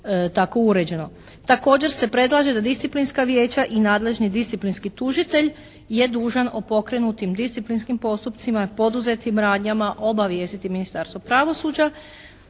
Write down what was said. Također se predlaže da disciplinska vijeća i nadležni disciplinski tužitelj je dužan o pokrenutim disciplinskim postupcima, poduzetim radnjama obavijestiti Ministarstvo pravosuđa.